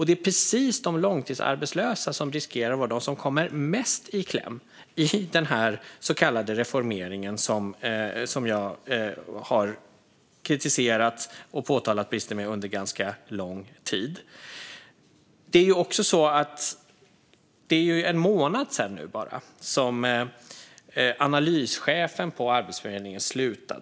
Det är de långtidsarbetslösa som riskerar att vara de som kommer mest i kläm i den så kallade reformeringen, som jag under ganska lång tid har kritiserat och påtalat brister i. Det är bara en månad sedan analyschefen på Arbetsförmedlingen slutade.